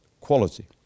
quality